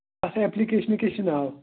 اَتھ ایپلِکیشنہٕ کیٛاہ چھُ ناو